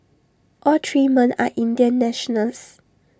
all three men are Indian nationals